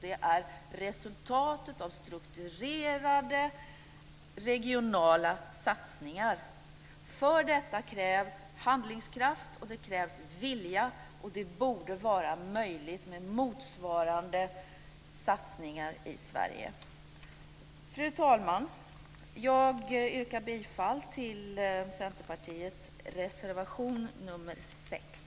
Det är resultatet av strukturerade regionala satsningar. För detta krävs handlingskraft och det krävs vilja. Det borde vara möjligt med motsvarande satsningar i Sverige. Fru talman! Jag yrkar bifall till Centerpartiets reservation nr 6.